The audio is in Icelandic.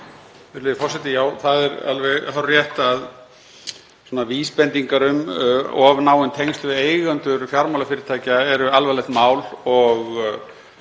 það er alveg hárrétt að vísbendingar um of náin tengsl við eigendur fjármálafyrirtækja eru alvarlegt mál og